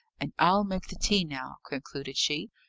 and i'll make the tea now, concluded she,